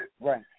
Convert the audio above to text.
Right